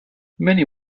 many